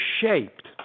shaped